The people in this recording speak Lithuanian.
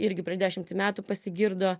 irgi prieš dešimtį metų pasigirdo